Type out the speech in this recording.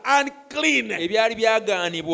unclean